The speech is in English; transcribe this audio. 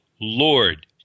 Lord